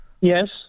Yes